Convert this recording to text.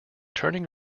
turning